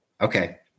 Okay